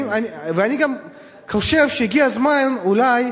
תשמע, אני גם חושב שהגיע הזמן אולי